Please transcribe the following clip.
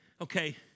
okay